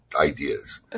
ideas